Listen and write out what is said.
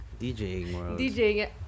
DJing